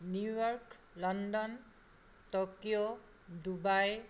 New York London Tokyo Dubai